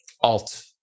alt